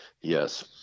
Yes